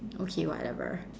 okay whatever